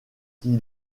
qui